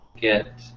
get